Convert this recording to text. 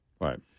Right